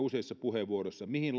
useissa puheenvuoroissa mihin